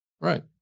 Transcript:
Right